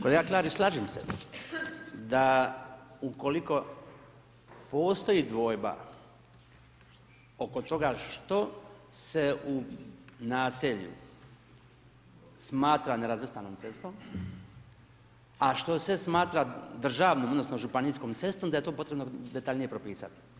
Kolega Klarić slažem se da ukoliko, postoji dvojba, oko toga što se u naselju, smatra nerazvrstanom cestom, a što se smatra državnom, odnosno, županijskom cestom, da je to potrebno detaljnije propisati.